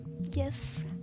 yes